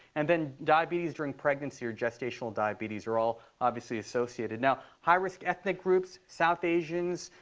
and then diabetes during pregnancy or gestational diabetes are all obviously associated. now high-risk ethnic groups, south asians,